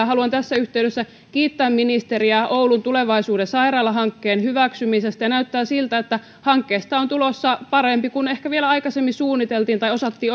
haluan tässä yhteydessä kiittää ministeriä oulun tulevaisuuden sairaala hankkeen hyväksymisestä näyttää siltä että hankkeesta on tulossa parempi kuin ehkä vielä aikaisemmin suunniteltiin tai osattiin